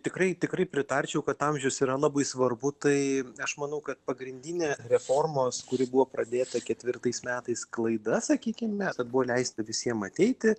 tikrai tikrai pritarčiau kad amžius yra labai svarbu tai aš manau kad pagrindinė reformos kuri buvo pradėta ketvirtais metais klaida sakykime kad buvo leisti visiem ateiti